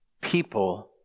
people